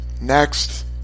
Next